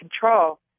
Control